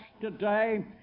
today